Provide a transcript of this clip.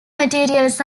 materials